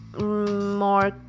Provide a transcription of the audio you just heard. more